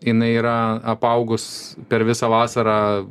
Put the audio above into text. jinai yra apaugus per visą vasarą